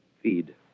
feed